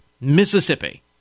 Mississippi